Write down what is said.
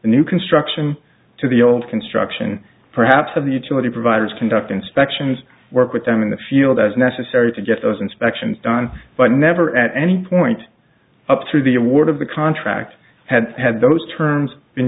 new construction to the old construction perhaps of the utility providers conduct inspections work with them in the field as necessary to get those inspections done but never at any point up through the award of the contract had had those terms